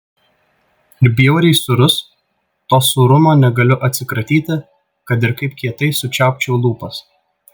ir bjauriai sūrus to sūrumo negaliu atsikratyti kad ir kaip kietai sučiaupčiau lūpas